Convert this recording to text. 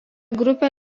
grupė